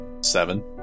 Seven